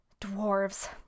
dwarves